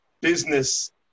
business